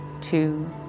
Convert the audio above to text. two